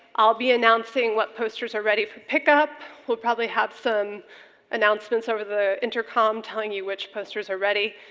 i'll be announcing what posters are ready for pickup. we'll probably have some announcements over the intercom telling you which posters are ready.